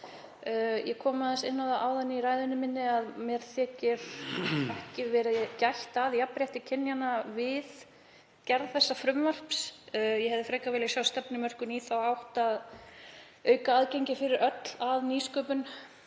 Ég kom inn á það áðan í ræðu minni að mér þykir ekki hafa verið gætt að jafnrétti kynjanna við gerð þessa frumvarps. Ég hefði frekar viljað sjá stefnumörkun í þá átt að auka aðgengi fyrir öll að nýsköpun.